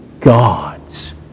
God's